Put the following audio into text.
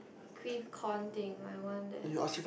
cream corn thing I want that